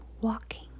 walking